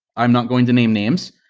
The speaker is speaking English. i'm not going to name names,